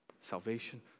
Salvation